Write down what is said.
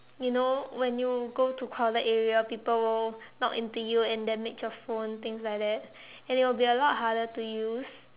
you know when you go to crowded area people will knock into you and that makes your phone things like that and it will be a lot harder to use